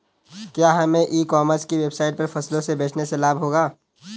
क्या हमें e commerce की वेबसाइट पर फसलों को बेचने से लाभ होगा?